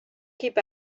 keep